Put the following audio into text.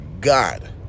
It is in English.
God